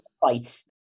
fights